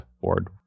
board